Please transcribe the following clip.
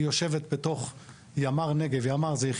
והיא יושבת בתוך ימ"ר נגב.